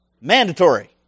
mandatory